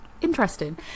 interesting